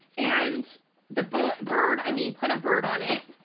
and the but bird i mean put a bird on it.